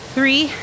Three